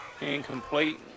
Incomplete